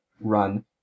run